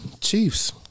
Chiefs